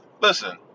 Listen